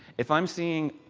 if i am seeing,